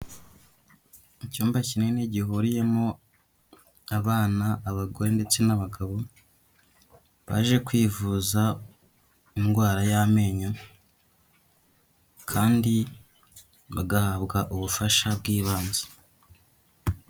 Icyumba kinini gihuriyemo abana, abagore ndetse n'abagabo baje kwivuza indwara y'amenyo kandi bagahabwa ubufasha bw'ibanze.